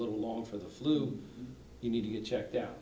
little long for the flu you need to get checked